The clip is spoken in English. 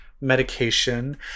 medication